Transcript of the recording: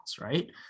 right